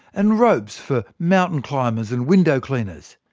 and ropes for mountain climbers and window cleaners.